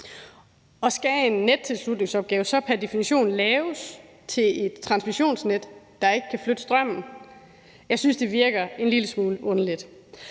Skal en nettilslutningsopgave pr. definition så laves til et transmissionsnet, der ikke kan flytte strømmen? Jeg synes, det virker en lille smule underligt.